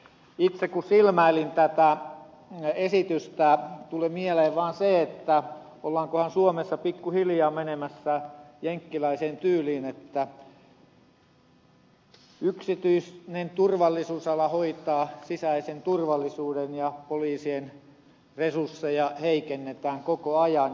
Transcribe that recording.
itselleni kun silmäilin tätä esitystä tuli mieleen vaan se että ollaankohan suomessa pikkuhiljaa menemässä jenkkiläiseen tyyliin että yksityinen turvallisuusala hoitaa sisäisen turvallisuuden ja poliisien resursseja heikennetään koko ajan